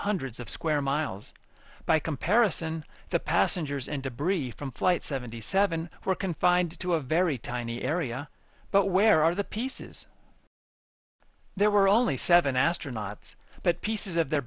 hundreds of square miles by comparison the passengers and debris from flight seventy seven were confined to a very tiny area but where are the pieces there were only seven astronauts but pieces of their